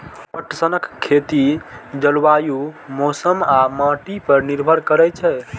पटसनक खेती जलवायु, मौसम आ माटि पर निर्भर करै छै